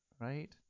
right